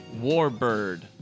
Warbird